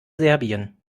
serbien